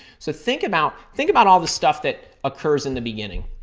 so, think about think about all the stuff that occurs in the beginning.